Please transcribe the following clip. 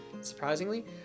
surprisingly